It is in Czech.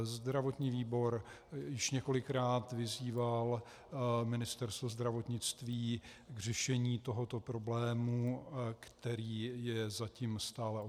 Zdravotní výbor již několikrát vyzýval Ministerstvo zdravotnictví k řešení tohoto problému, který je zatím stále odsunován.